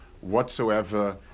whatsoever